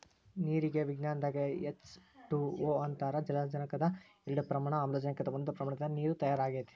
ನೇರಿಗೆ ವಿಜ್ಞಾನದಾಗ H two O ಅಂತಾರ ಜಲಜನಕದ ಎರಡ ಪ್ರಮಾಣ ಆಮ್ಲಜನಕದ ಒಂದ ಪ್ರಮಾಣದಿಂದ ನೇರ ತಯಾರ ಆಗೆತಿ